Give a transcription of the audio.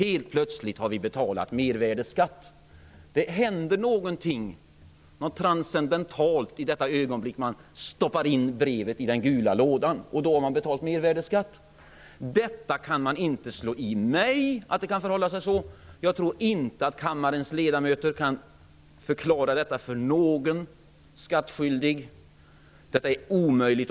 Ett filosofiskt mycket intressant faktum. Det händer något transcendentalt i det ögonblick man stoppar in brevet i den gula lådan. Då har man betalt mervärdesskatt. Det går inte att slå i mig att det förhåller sig så. Jag tror inte att kammarens ledamöter kan förklara detta för någon skattskyldig. Detta är omöjligt.